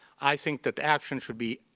i think that action should be,